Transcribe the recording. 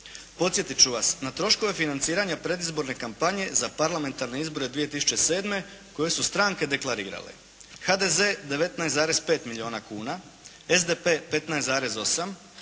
Podsjetiti ću vas, na troškove financiranja predizborne kampanje za parlamentarne izbore 2007. koje su stranke deklarirale. HDZ 19,5 milijuna kuna, SDP 15,8,